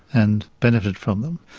and benefit from them.